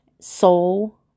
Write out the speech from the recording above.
soul